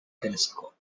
telescope